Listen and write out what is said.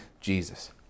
Jesus